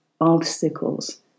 obstacles